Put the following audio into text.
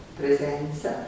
presenza